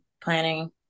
planning